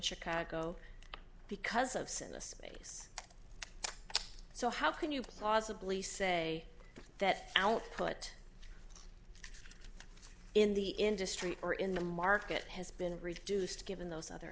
chicago because of sin a space so how can you possibly say that out but in the industry or in the market has been reduced given those other